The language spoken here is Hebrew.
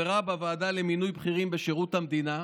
חברה בוועדה למינוי בכירים בשירות המדינה,